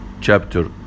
Chapter